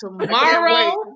tomorrow